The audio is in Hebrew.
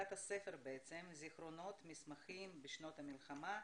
זיכרונות, מסמכים בשנות המלחמה,